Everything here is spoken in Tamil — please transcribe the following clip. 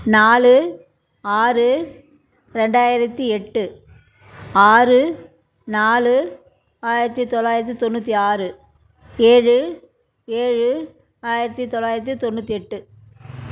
நாலு ஆறு ரெண்டாயிரத்து எட்டு ஆறு நாலு ஆயிரத்து தொளாயிரத்து தொண்ணூற்றி ஆறு ஏழு ஏழு ஆயிரத்து தொளாயிரத்து தொண்ணூற்றி எட்டு